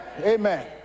Amen